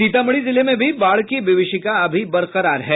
सीतामढ़ी जिले में भी बाढ़ की विभीषिका अभी बरकरार है